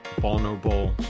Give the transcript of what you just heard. vulnerable